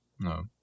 No